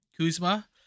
Kuzma